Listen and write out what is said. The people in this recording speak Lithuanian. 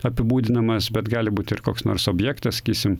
apibūdinamas bet gali būti ir koks nors objektas sakysim